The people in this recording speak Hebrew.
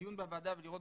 לדיון בוועדה ולראות